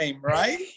right